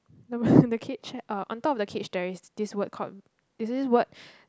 the cage eh uh on top of the cage there is this word called is this word